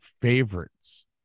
favorites